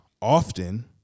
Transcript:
often